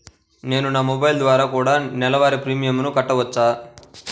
నేను నా మొబైల్ ద్వారా కూడ నెల వారి ప్రీమియంను కట్టావచ్చా?